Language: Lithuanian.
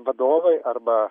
vadovai arba